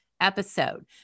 episode